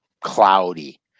cloudy